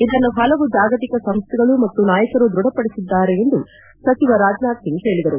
ಇದನ್ನು ಪಲವು ಜಾಗತಿಕ ಸಂಸ್ಥೆಗಳು ಮತ್ತು ನಾಯಕರು ದೃಢಪಡಿಸಿದ್ದಾರೆ ಎಂದು ಸಚಿವ ರಾಜನಾಥ್ ಸಿಂಗ್ ಹೇಳಿದರು